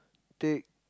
take